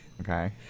Okay